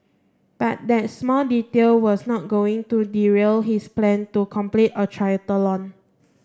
but that small detail was not going to derail his plan to complete a triathlon